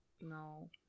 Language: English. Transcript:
no